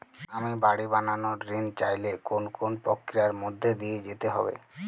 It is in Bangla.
আমি বাড়ি বানানোর ঋণ চাইলে কোন কোন প্রক্রিয়ার মধ্যে দিয়ে যেতে হবে?